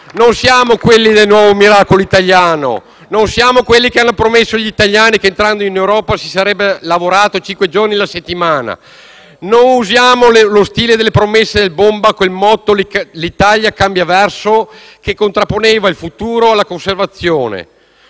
Non siamo quelli del nuovo miracolo italiano, non siamo quelli che hanno promesso agli italiani che, entrando in Europa, si sarebbe lavorato cinque giorni alla settimana. Non usiamo lo stile delle promesse del "bomba" con il motto «l'Italia cambia verso», che contrapponeva il futuro alla conservazione.